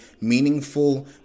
meaningful